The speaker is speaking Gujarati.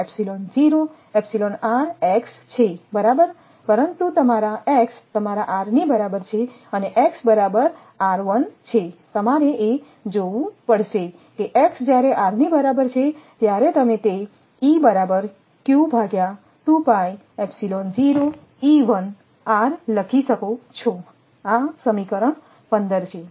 તે છે બરાબર પરંતુ x તમારા r ની બરાબર છે અને x બરાબર છે તમારે એ જોવું પડશે કે x જ્યારે r ની બરાબર છેત્યારે તમે તે લખી શકો છો આ સમીકરણ 15 છે